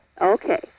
Okay